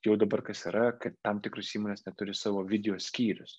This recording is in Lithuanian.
jau dabar kas yra kad tam tikros įmonės net turi savo video skyrius